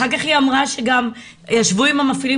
אח"כ היא אמרה שגם ישבו עם המפעילים